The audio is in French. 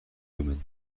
domaine